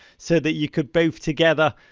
so that you could both, together,